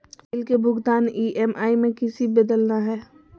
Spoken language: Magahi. बिल के भुगतान ई.एम.आई में किसी बदलना है?